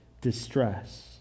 distress